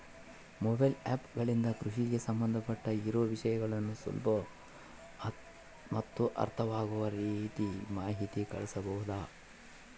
Mobile app ಗಳಿಂದ ಕೃಷಿಗೆ ಸಂಬಂಧ ಇರೊ ವಿಷಯಗಳನ್ನು ಸುಲಭ ಮತ್ತು ಅರ್ಥವಾಗುವ ರೇತಿ ಮಾಹಿತಿ ಕಳಿಸಬಹುದಾ?